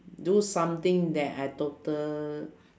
do something that I total